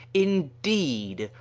indeed,